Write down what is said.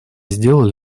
сделали